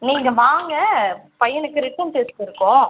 நீங்கள் வாங்க பையனுக்கு ரிட்டன் டெஸ்ட் இருக்கும்